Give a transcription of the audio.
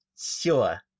Sure